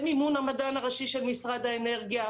במימון חלקי של המדען הראשי של משרד האנרגיה,